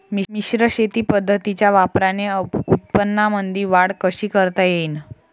मिश्र शेती पद्धतीच्या वापराने उत्पन्नामंदी वाढ कशी करता येईन?